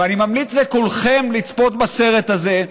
ואני ממליץ לכולכם לצפות בסרט הזה,